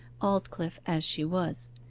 aldclyffe as she was.